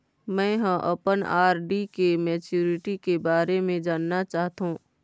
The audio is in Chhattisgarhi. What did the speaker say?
में ह अपन आर.डी के मैच्युरिटी के बारे में जानना चाहथों